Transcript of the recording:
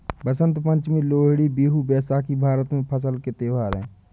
बसंत पंचमी, लोहड़ी, बिहू, बैसाखी भारत में फसल के त्योहार हैं